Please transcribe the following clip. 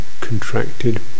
contracted